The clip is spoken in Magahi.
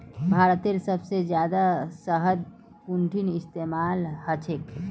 भारतत सबसे जादा शहद कुंठिन इस्तेमाल ह छे